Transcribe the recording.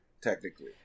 technically